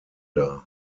dar